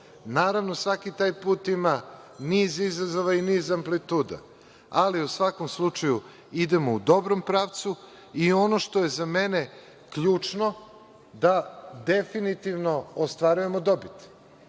Naravno, svaki taj put ima niz izazova i niz amplituda, ali u svakom slučaju idemo u dobrom pravcu. Ono što je za mene ključno, jeste da definitivno ostvarujemo dobit. Kolega